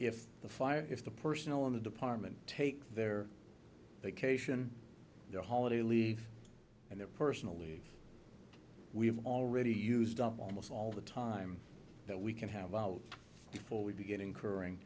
if the fire if the personnel in the department take their vacation their holiday leave and their personal leave we've already used up almost all the time that we can have out before we begin incurring